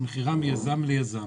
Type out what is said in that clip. שמכירה מיזם ליזם